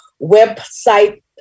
website